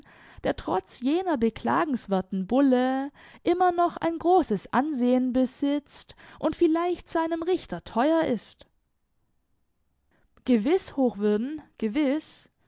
der trotz jener beklagenwerten bulle immer noch ein großes ansehen besitzt und vielleicht seinem richter teuer ist gewiß hochwürden gewiß